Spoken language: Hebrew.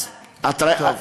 הייתי שם.